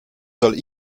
soll